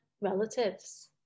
relatives